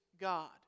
God